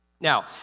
Now